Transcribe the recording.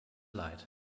light